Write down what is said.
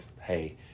hey